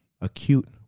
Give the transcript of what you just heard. acute